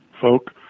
folk